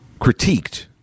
critiqued